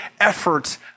efforts